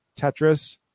tetris